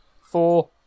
four